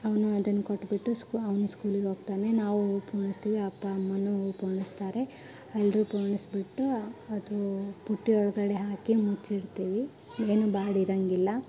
ಅವನು ಅದನ್ನು ಕೊಟ್ಟುಬಿಟ್ಟು ಸ್ಕೂ ಅವನು ಸ್ಕೂಲಿಗೆ ಹೋಗ್ತಾನೆ ನಾವು ಹೂವು ಪೋಣಿಸ್ತೀವಿ ಅಪ್ಪ ಅಮ್ಮನೂ ಹೂವು ಪೋಣಿಸ್ತಾರೆ ಎಲ್ಲರೂ ಪೋಣಿಸಿಬಿಟ್ಟು ಅದು ಬುಟ್ಟಿ ಒಳಗಡೆ ಹಾಕಿ ಮುಚ್ಚಿಡ್ತೀವಿ ಏನು ಬಾಡಿರೋಂಗಿಲ್ಲ